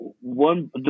one